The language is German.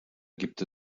gibt